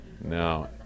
no